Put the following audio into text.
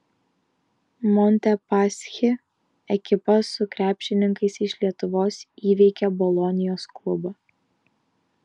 montepaschi ekipa su krepšininkais iš lietuvos įveikė bolonijos klubą